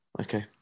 Okay